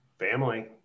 family